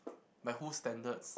by whose standards